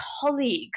colleagues